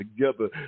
together